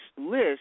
list